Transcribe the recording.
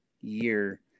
year